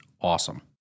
awesome